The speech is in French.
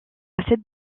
cette